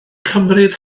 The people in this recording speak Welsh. cymryd